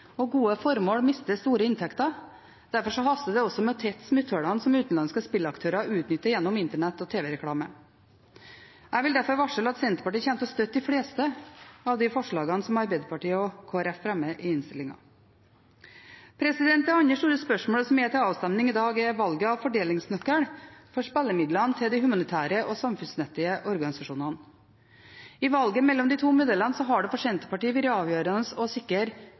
og gode formål mister store inntekter. Derfor haster det også med å tette smutthulla som utenlandske spillaktører utnytter gjennom internett og tv-reklame. Jeg vil derfor varsle at Senterpartiet kommer til å støtte de fleste av de forslagene som Arbeiderpartiet og Kristelig Folkeparti fremmer i innstillingen. Det andre store spørsmålet som er til avstemning i dag, er valget av fordelingsnøkkel for spillemidlene til de humanitære og samfunnsnyttige organisasjonene. I valget mellom de to modellene har det for Senterpartiet vært avgjørende å sikre